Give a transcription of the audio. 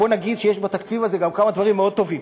בואו נגיד שיש בתקציב הזה גם כמה דברים מאוד טובים,